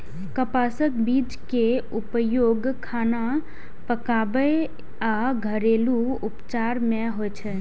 कपासक बीज के उपयोग खाना पकाबै आ घरेलू उपचार मे होइ छै